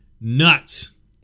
nuts